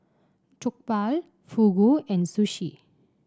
Jokbal Fugu and Sushi